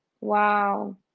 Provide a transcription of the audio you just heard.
Wow